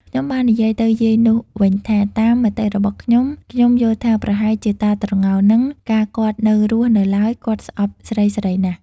ខ្ញុំបាននិយាយទៅយាយនោះវិញថា តាមមតិរបស់ខ្ញុំៗយល់ថា ប្រហែលជាតាត្រងោលហ្នឹង កាលគាត់នៅ រស់នៅឡើយ គាត់ស្អប់ស្រីៗណាស់។